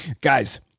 Guys